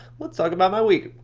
let's talk about my week.